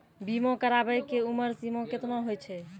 बीमा कराबै के उमर सीमा केतना होय छै?